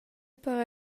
per